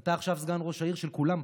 אתה עכשיו סגן ראש העיר של כולם,